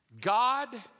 God